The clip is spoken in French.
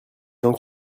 gens